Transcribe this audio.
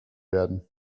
werden